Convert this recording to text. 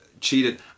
cheated